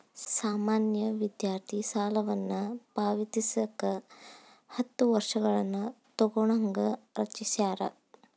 ಸಾಮಾನ್ಯ ವಿದ್ಯಾರ್ಥಿ ಸಾಲವನ್ನ ಪಾವತಿಸಕ ಹತ್ತ ವರ್ಷಗಳನ್ನ ತೊಗೋಣಂಗ ರಚಿಸ್ಯಾರ